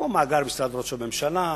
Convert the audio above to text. כמו מאגר משרד ראש הממשלה,